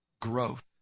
growth